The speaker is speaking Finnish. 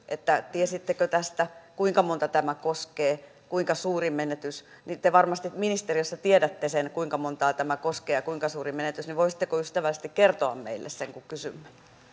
tiesittekö tästä kuinka montaa tämä koskee kuinka suuri menetys niin kun te varmasti ministeriössä tiedätte sen kuinka montaa tämä koskee ja kuinka suuri menetys voisitteko ystävällisesti kertoa meille sen kun kysymme